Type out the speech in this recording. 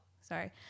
sorry